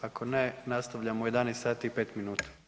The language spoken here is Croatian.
Ako ne, nastavljamo u 11 sati i 5 minuta.